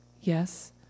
Yes